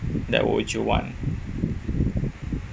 that would you want